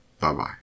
Bye-bye